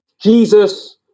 Jesus